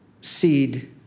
seed